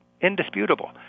indisputable